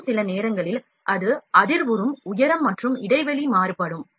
மேலும் சில நேரங்களில் அது அதிர்வுறும் உயரம் மற்றும் இடைவெளி மாறுபடும்